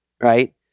Right